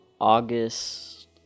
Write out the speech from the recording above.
August